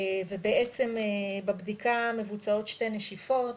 ובעצם בבדיקה מבוצעות 2 נשיפות,